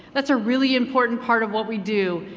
that's a really important part of what we do.